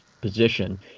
position